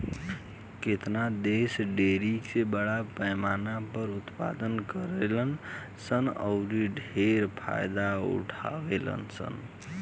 केतना देश डेयरी के बड़ पैमाना पर उत्पादन करेलन सन औरि ढेरे फायदा उठावेलन सन